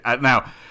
Now